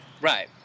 right